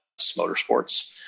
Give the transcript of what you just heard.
Motorsports